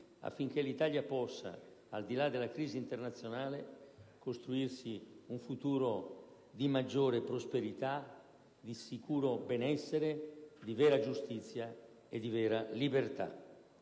affinché l'Italia, al di là della crisi internazionale, possa costruirsi un futuro di maggiore prosperità, di sicuro benessere, di vera giustizia e di vera libertà.